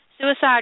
Suicide